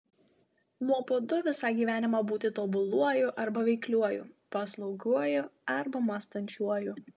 nuobodu visą gyvenimą būti tobuluoju arba veikliuoju paslaugiuoju arba mąstančiuoju